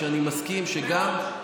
כי הם הפריעו לי, אז אין בעיה.